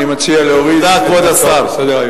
אני מציע להוריד את ההצעה מסדר-היום.